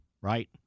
right